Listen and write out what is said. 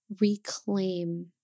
reclaim